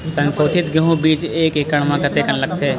संसोधित गेहूं बीज एक एकड़ म कतेकन लगथे?